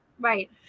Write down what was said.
right